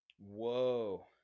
Whoa